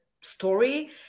story